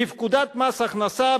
"בפקודת מס הכנסה,